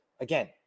again